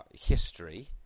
history